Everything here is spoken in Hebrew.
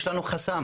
יש לנו חסם,